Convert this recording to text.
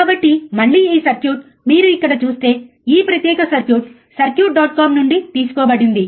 కాబట్టి మళ్ళీ ఈ సర్క్యూట్ మీరు ఇక్కడ చూస్తే ఈ ప్రత్యేక సర్క్యూట్ సర్క్యూట్ డాట్ కామ్ నుండి తీసుకోబడింది